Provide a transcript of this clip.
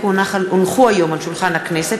כי הונחו היום על שולחן הכנסת,